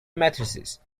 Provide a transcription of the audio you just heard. matrices